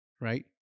right